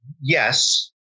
Yes